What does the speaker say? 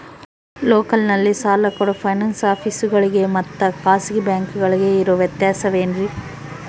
ಲೋಕಲ್ನಲ್ಲಿ ಸಾಲ ಕೊಡೋ ಫೈನಾನ್ಸ್ ಆಫೇಸುಗಳಿಗೆ ಮತ್ತಾ ಖಾಸಗಿ ಬ್ಯಾಂಕುಗಳಿಗೆ ಇರೋ ವ್ಯತ್ಯಾಸವೇನ್ರಿ?